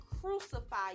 crucify